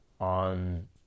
on